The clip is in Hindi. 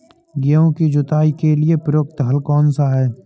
गेहूँ की जुताई के लिए प्रयुक्त हल कौनसा है?